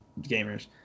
gamers